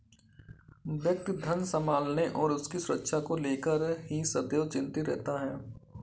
व्यक्ति धन संभालने और उसकी सुरक्षा को लेकर ही सदैव चिंतित रहता है